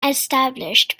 established